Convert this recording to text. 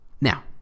Now